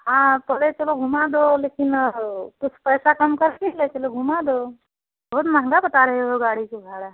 हाँ पहले चलो घुमा दो लेकिन कुछ पैसा कम कर के ले चलो घुमा दो बहुत महँगा बता रहे हो गाड़ी का भाड़ा